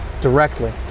directly